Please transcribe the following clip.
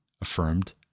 affirmed